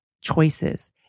choices